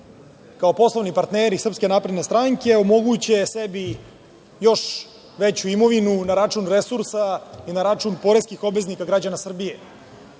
kao poslovni partneri SNS, omoguće sebi još veću imovinu na račun resursa i na račun poreskih obveznika, građana Srbije.